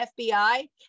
FBI